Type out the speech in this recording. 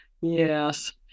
Yes